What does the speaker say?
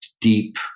deep